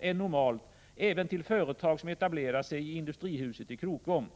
än normalt även till företag som etablerar sig i industrihuset i Krokom.